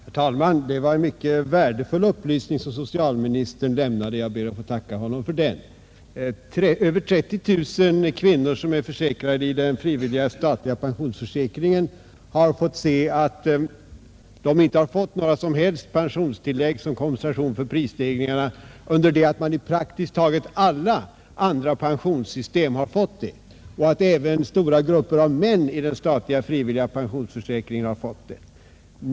Herr talman! Det var en mycket värdefull upplysning som socialministern lämnade. Jag ber att få tacka honom för den. Det är över 30 000 kvinnor försäkrade i den frivilliga statliga 15 pensionsförsäkringen, och de har inte fått några som helst pensionstillägg som kompensation för prisstegringarna, under det att försäkringstagarna i praktiskt taget alla andra pensionssystem — även stora grupper av män i den statliga frivilliga pensionsförsäkringen — har fått det.